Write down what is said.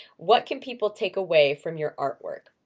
what can people take away from your artwork?